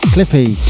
Clippy